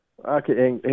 Okay